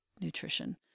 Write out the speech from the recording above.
nutrition